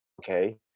okay